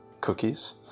cookies